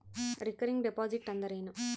Recurring deposit ಅಂದರೇನು?